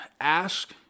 Ask